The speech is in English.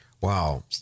Wow